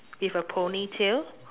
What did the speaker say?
with a ponytail